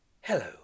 hello